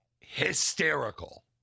hysterical